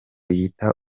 yita